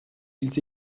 ils